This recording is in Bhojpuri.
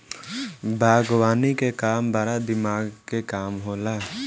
बागवानी के काम बड़ा दिमाग के काम होला